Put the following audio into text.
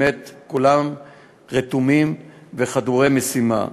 באמת כולם רתומים וחדורי משימה.